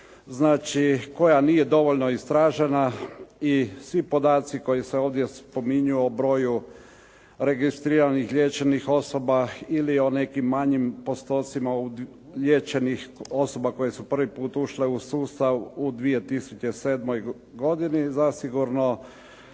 koja nije dovoljno istražena i svi podaci koji se ovdje spominju o broju registriranih liječenih osoba ili o nekim manjim postocima liječenih osoba koje su prvi put ušle u sustav u 2007. godini zasigurno